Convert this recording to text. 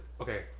okay